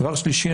דבר שלישי,